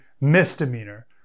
misdemeanor